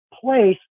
place